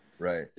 Right